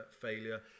failure